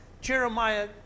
Jeremiah